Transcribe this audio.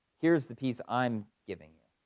here is the piece i'm giving you,